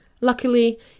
Luckily